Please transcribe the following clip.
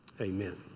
Amen